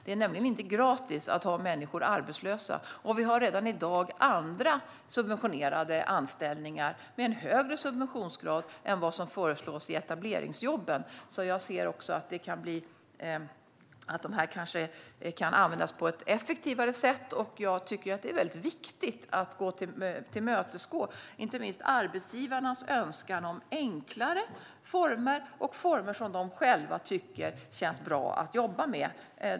Det är nämligen inte gratis att ha människor arbetslösa, och vi har redan i dag andra subventionerade anställningar med en högre subventionsgrad än vad som föreslås för etableringsjobben. Jag ser att dessa kanske kan användas på ett effektivare sätt. Jag tycker att det är viktigt att tillmötesgå inte minst arbetsgivarnas önskan om enklare former - former som de själva tycker känns bra att jobba med.